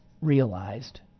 realized